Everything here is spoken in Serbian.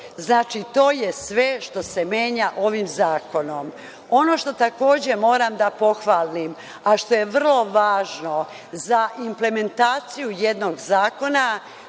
Znači, to je sve što se menja ovim zakonom. Ono što takođe moram da pohvalim, a što je vrlo važno za implementaciju jednog zakona,